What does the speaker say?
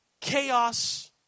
chaos